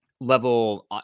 level